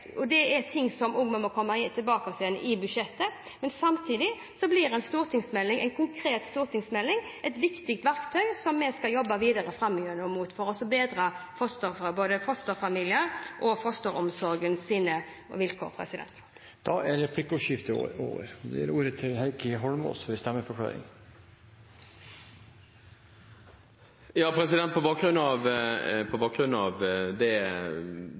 og det er ting som vi må komme tilbake til i budsjettet. Samtidig er en konkret stortingsmelding et viktig verktøy, som vi skal jobbe videre med framover, for å bedre både fosterfamilienes og fosteromsorgens vilkår. Replikkordskiftet er omme. Representanten Heikki Eidsvoll Holmås får ordet til en stemmeforklaring. På bakgrunn av det